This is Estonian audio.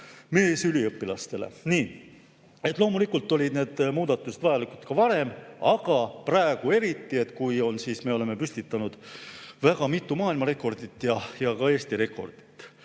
meesüliõpilastele. Loomulikult olid need muudatused vajalikud ka varem, aga praegu on eriti, kui me oleme püstitanud väga mitu maailmarekordit ja ka Eesti rekordit.